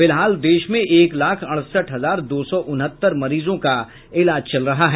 फिलहाल देश में एक लाख अड़सठ हजार दो सौ उनहत्तर मरीजों का ईलाज चल रहा है